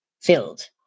filled